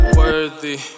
worthy